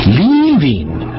leaving